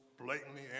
blatantly